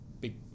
big